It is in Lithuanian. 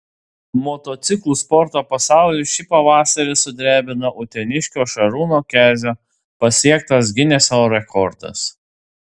motociklų sporto pasaulį šį pavasarį sudrebino uteniškio šarūno kezio pasiektas gineso rekordas